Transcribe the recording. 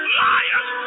liars